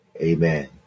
amen